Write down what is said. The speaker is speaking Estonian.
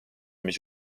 mis